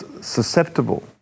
susceptible